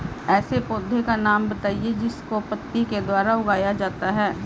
ऐसे पौधे का नाम बताइए जिसको पत्ती के द्वारा उगाया जाता है